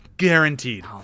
Guaranteed